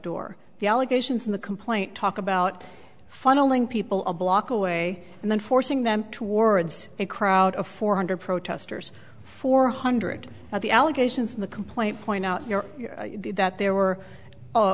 door the allegations in the complaint talk about funneling people a block away and then forcing them towards a crowd of four hundred protesters four hundred of the allegations in the complaint point out your that there were